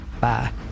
Bye